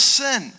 sin